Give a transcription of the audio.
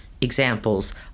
examples